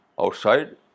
outside